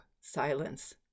silence